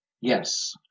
Yes